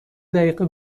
دقیقه